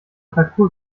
parkour